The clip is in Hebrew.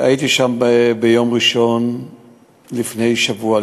הייתי שם ביום ראשון לפני שבוע,